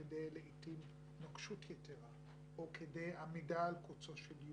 כדי להיטיב נוקשות יתרה או כדי עמידה על קוצו של יוד.